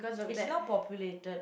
it's not populated